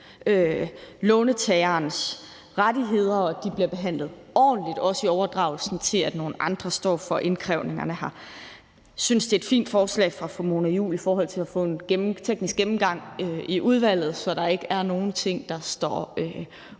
låntagernes rettigheder, og at de bliver behandlet ordentligt, også i overdragelsen, til at nogle andre står for indkrævningerne. Jeg synes, det er et fint forslag fra fru Mona Juul i forhold til at få en teknisk gennemgang i udvalget, så der ikke er nogle ting, der står ubesvaret.